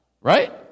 Right